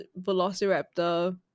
Velociraptor